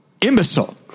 imbecile